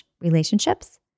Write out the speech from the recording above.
relationships